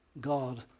God